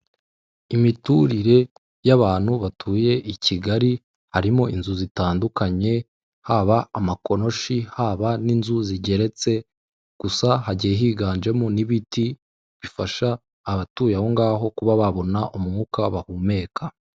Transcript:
Imiturire y'abantu batuye i kigali harimo inzu zitandukanye haba amakonoshi, haba n'inzu zigeretse, gusa hagiye higanjemo n'ibiti bifasha abatuye ahongaho kuba babona umwuka bahumeka.